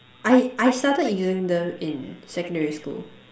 I I started using them in secondary school